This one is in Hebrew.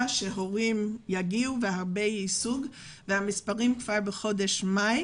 שהורים יגיעו והמספרים כבר בחודש מאי